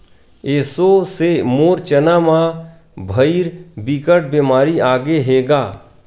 एसो से मोर चना म भइर बिकट बेमारी आगे हे गा